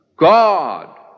God